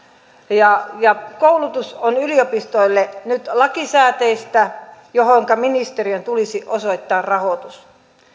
koulutus on yliopistoille nyt lakisääteistä ja siihen ministeriön tulisi osoittaa rahoitus